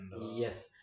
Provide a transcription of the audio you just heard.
Yes